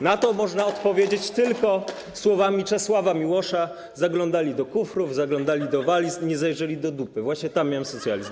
Na to można odpowiedzieć tylko słowami Czesława Miłosza: „Zaglądali do kufrów, zaglądali do waliz, / nie zajrzeli do dupy - tam miałem socjalizm”